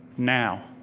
now